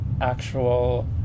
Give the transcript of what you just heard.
actual